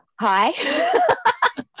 hi